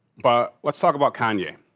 but let's talk about kanye.